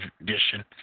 edition